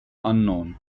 unknown